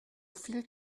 viel